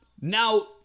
Now